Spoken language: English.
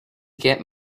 get